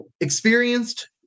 experienced